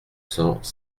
cents